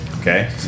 Okay